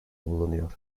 bulunuyor